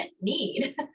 need